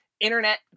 internet